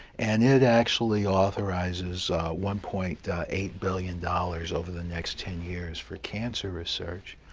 and it actually authorizes one point eight billion dollars over the next ten years for cancer research.